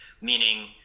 meaning